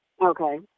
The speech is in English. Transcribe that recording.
Okay